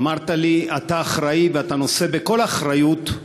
אמרת לי שאתה אחראי ושאתה נושא בכל האחריות,